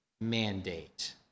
mandate